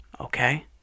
Okay